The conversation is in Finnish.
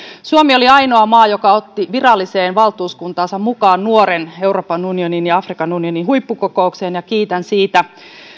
suomi oli ainoa maa joka otti viralliseen valtuuskuntaansa nuoren mukaan euroopan unionin ja afrikan unionin huippukokoukseen ja kiitän siitä